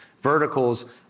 verticals